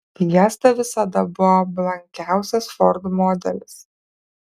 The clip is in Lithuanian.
fiesta visada buvo blankiausias ford modelis